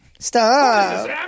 Stop